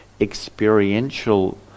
experiential